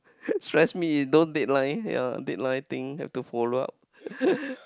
stress me don't deadline yea deadline things have to follow up